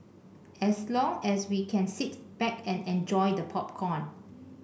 as long as we can sit back and enjoy the popcorn